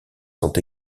sont